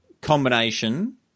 combination